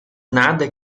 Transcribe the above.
nada